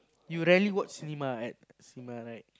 you rarely watch cinema right cinema right